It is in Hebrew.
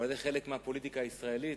אבל זה חלק מהפוליטיקה הישראלית.